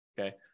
okay